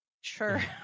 sure